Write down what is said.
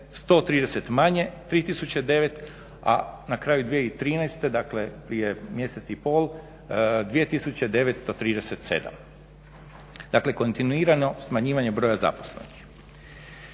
130 manje, 3009, a na kraju 2013., dakle, prije mjesec i pol, 2937. Dakle, kontinuirano smanjivanje broja zaposlenih.